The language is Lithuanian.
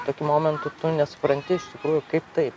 tokių momentu tu nesupranti iš tikrųjų kaip taip